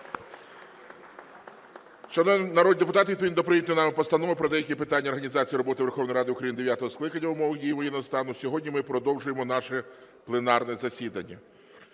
народні депутати, відповідно до прийнятої нами Постанови "Про деякі питання організації роботи Верховної Ради України дев'ятого скликання в умовах дії воєнного стану" сьогодні ми продовжуємо наше пленарне засідання.